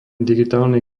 digitálnej